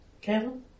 Kevin